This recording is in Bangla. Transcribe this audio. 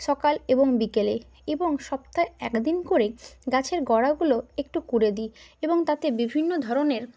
সকাল এবং বিকেলে এবং সপ্তাহে এক দিন করে গাছের গোড়াগুলো একটু কুরে দিই এবং তাতে বিভিন্ন ধরনের